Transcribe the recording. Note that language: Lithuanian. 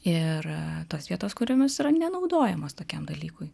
ir tos vietos kuriomis nenaudojamos tokiam dalykui